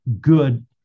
good